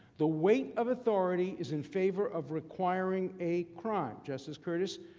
the weight of authority is in favor of requiring a crime, justice curtis,